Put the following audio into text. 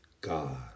God